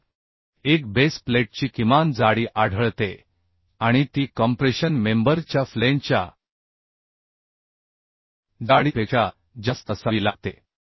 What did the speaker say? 1 base प्लेटची किमान जाडी आढळते आणि ती कॉम्प्रेशन मेंबर च्या फ्लेंजच्या जाडीपेक्षा जास्त असावी लागते